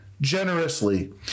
generously